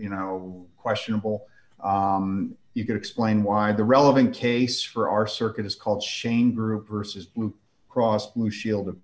you know questionable you could explain why the relevant case for our circuit is called shane group versus blue cross blue shield of